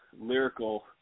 lyrical